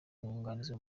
umwunganizi